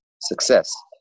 success